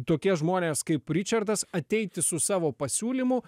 tokie žmonės kaip ričardas ateiti su savo pasiūlymu